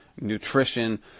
nutrition